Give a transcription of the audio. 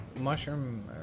Mushroom